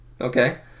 okay